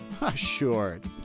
Assured